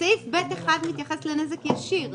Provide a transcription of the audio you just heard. סעיף 36(ב1) מתייחס לנזק ישיר.